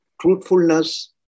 Truthfulness